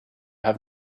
have